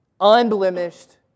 Unblemished